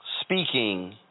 speaking